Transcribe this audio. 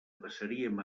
passaríem